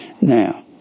Now